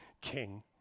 king